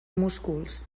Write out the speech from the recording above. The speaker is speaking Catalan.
músculs